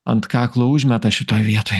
ant kaklo užmeta šitoj vietoj